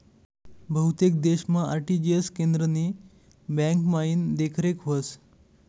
बहुतेक देशमा आर.टी.जी.एस केंद्रनी ब्यांकमाईन देखरेख व्हस